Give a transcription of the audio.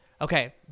Okay